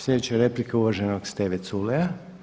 Sljedeća replika je uvaženog Steve Culeja.